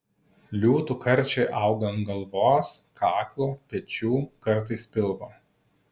liūtų karčiai auga ant galvos kaklo pečių kartais pilvo